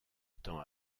temps